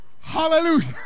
Hallelujah